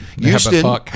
houston